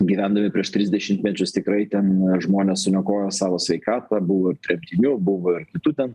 gyvendami prieš tris dešimtmečius tikrai ten žmonės suniokojo savo sveikatą buvo ir tremtinių buvo ir kitų ten